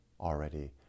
already